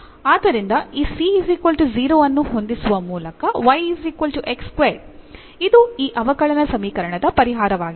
ಆದ್ದರಿಂದ ಈ c 0 ಅನ್ನು ಹೊಂದಿಸುವ ಮೂಲಕ ಇದು ಈ ಅವಕಲನ ಸಮೀಕರಣದ ಪರಿಹಾರವಾಗಿದೆ